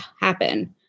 happen